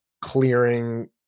clearing